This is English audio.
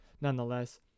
nonetheless